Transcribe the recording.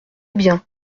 bien